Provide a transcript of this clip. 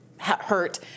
Hurt